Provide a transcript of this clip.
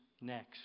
next